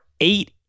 eight